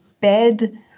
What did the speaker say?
bed